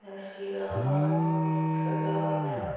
Naseer Sadaf